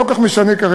לא כל כך משנה כרגע,